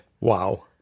Wow